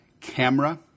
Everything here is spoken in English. Camera